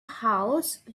house